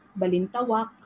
Balintawak